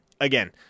Again